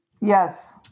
Yes